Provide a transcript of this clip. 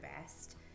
best